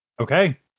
Okay